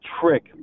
trick